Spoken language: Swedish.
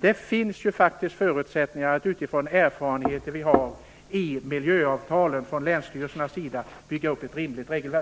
Det finns faktiskt förutsättningar att utifrån de erfarenheter vi har i miljöavtalen från länsstyrelsernas sida bygga upp ett rimligt regelverk.